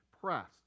pressed